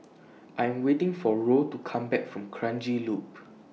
I Am waiting For Roe to Come Back from Kranji Loop